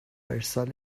ارسال